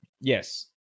yes